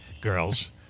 girls